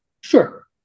Sure